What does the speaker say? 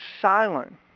silent